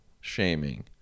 shaming